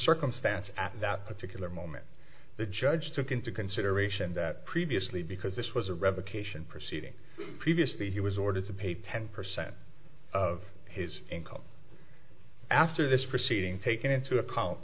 circumstance at that particular moment the judge took into consideration that previously because this was a revocation proceeding previously he was ordered to pay ten percent of his income after this proceeding take into account